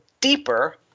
deeper